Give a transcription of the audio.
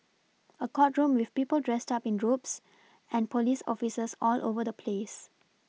a courtroom with people dressed up in robes and police officers all over the place